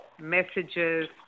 messages